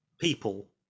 people